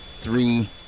three